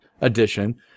edition